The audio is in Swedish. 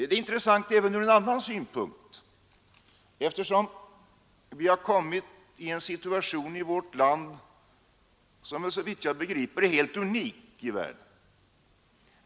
Det är intressant även ur en annan synpunkt, eftersom vi har kommit i en situation i vårt land som såvitt jag begriper är helt unik i världen.